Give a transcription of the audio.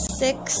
six